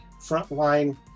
frontline